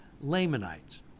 Lamanites